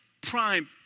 prime